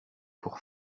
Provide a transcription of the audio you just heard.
pour